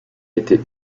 été